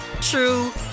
true